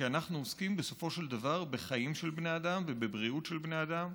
כי אנחנו עוסקים בסופו של דבר בחיים של בני אדם ובבריאות של בני אדם.